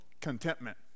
contentment